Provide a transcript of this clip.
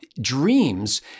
dreams